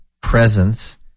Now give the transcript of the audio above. presence